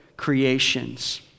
creations